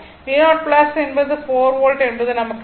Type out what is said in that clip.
v0 என்பது 4 volt என்பது நமக்குத் தெரியும்